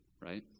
Right